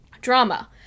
drama